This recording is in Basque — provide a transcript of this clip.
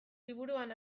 liburuan